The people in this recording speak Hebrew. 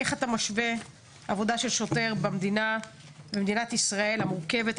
איך אתה משווה עבודה של שוטר במדינת ישראל המורכבת,